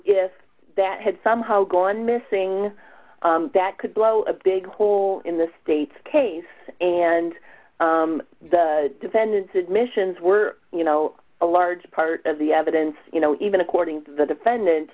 if that had somehow gone missing that could blow a big hole in the state's case and the defendant's admissions were you know a large part of the evidence you know even according to the defendant